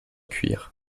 cuir